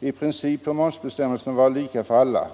I princip bör momsbestämmelserna vara lika för alla.